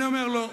אני אומר: לא.